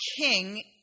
king